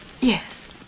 Yes